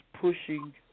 pushing